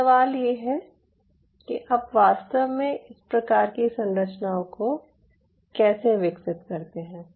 अब सवाल ये है कि आप वास्तव में इस प्रकार की संरचनाओं को कैसे विकसित करते हैं